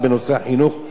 אדוני היושב-ראש.